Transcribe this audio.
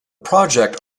project